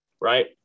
right